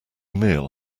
meal